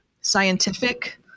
scientific